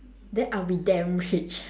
then I'll be damn rich